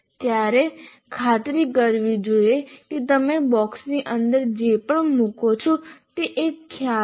તમારે ખાતરી કરવી જોઈએ કે તમે બૉક્સની અંદર જે પણ મૂકો છો તે એક ખ્યાલ છે